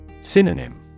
Synonym